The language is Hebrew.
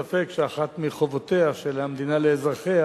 אין ספק שאחת מחובותיה של המדינה לאזרחיה